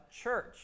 church